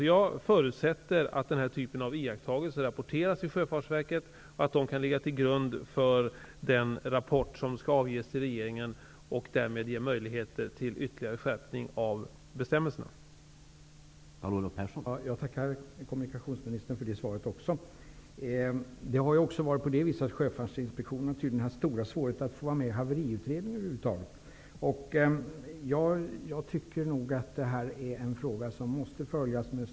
Jag förutsätter att denna typ av iakttagelser rapporteras till Sjöfartsverket och att de kan ligga till grund för den rapport som skall ges till regeringen och därmed ge möjligheter till ytterligare skärpning av bestämmelserna.